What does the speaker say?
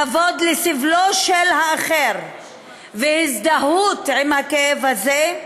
כבוד לסבלו של האחר והזדהות עם הכאב הזה,